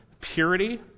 purity